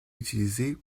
utilisé